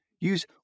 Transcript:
Use